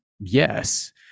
yes